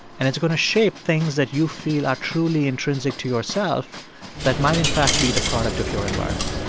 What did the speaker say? and it's going to shape things that you feel are truly intrinsic to yourself that might in fact be the product of your environment?